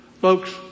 Folks